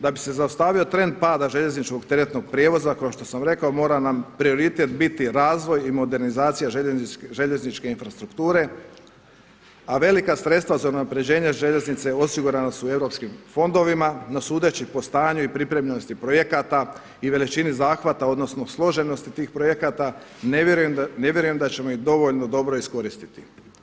Da bi se zaustavio trend pada željezničkog teretnog prijevoza kao što sam rekao mora nam prioritet biti razvoj i modernizacija željezničke infrastrukture a velika sredstva za unaprjeđenje željeznice osigurana su u europskim fondovima no sudeći po stanju i pripremljenosti projekata i veličini zahvata, odnosno složenosti tih projekata na vjerujem da ćemo ih dovoljno dobro iskoristiti.